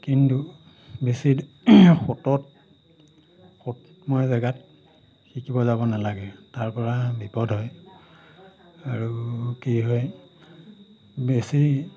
কিন্তু বেছি সোঁতত সোঁতময় জেগাত শিকিব যাব নালাগে তাৰ পৰা বিপদ হয় আৰু কি হয় বেছি